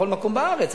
בכל מקום בארץ,